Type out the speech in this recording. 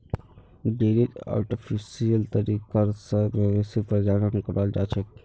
डेयरीत आर्टिफिशियल तरीका स मवेशी प्रजनन कराल जाछेक